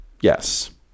yes